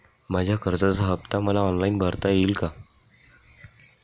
माझ्या कर्जाचा हफ्ता मला ऑनलाईन भरता येईल का?